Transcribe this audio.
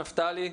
נפתלי,